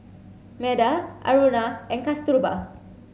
Medha Aruna and Kasturba